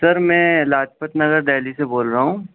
سر میں لاجپت نگر دہلی سے بول رہا ہوں